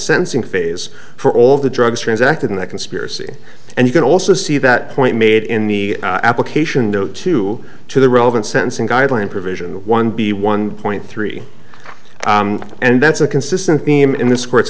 sentencing phase for all the drugs transacted in that conspiracy and you can also see that point made in the application though to to the relevant sentencing guideline provision of one b one point three and that's a consistent theme in this court